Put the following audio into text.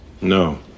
No